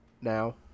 now